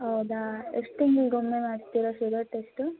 ಹೌದಾ ಎಷ್ಟು ತಿಂಗಳಿಗೊಮ್ಮೆ ಮಾಡಿಸ್ತೀರ ಶುಗರ್ ಟೆಸ್ಟು